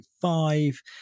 five